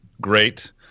great